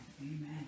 Amen